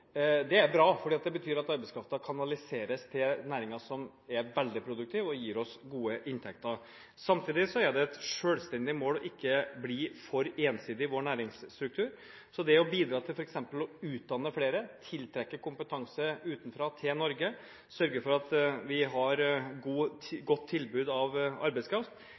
Det er bra, for det betyr at arbeidskraften kanaliseres til næringer som er veldig produktive og gir oss gode inntekter. Samtidig er det et selvstendig mål ikke å bli for ensidig i vår næringsstruktur, så det å bidra til f. eks. å utdanne flere, tiltrekke kompetanse utenfra til Norge, sørge for at vi har et godt tilbud av arbeidskraft